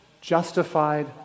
justified